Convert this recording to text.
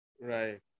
Right